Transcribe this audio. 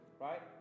right